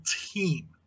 team